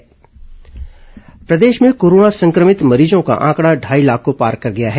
corona समाचार जागरूकता प्रदेश में कोरोना संक्रमित मरीजों का आंकड़ा ढाई लाख को पार कर गया है